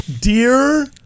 Dear